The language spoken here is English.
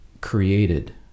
created